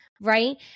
right